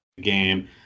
game